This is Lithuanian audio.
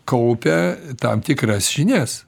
kaupia tam tikras žinias